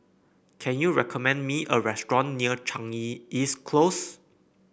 can you recommend me a restaurant near Chanyi East Close